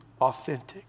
authentic